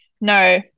no